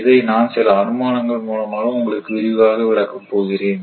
இதை நான் சில அனுமானங்கள் மூலமாக உங்களுக்கு விரிவாக விளக்கப் போகிறேன்